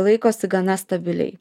laikosi gana stabiliai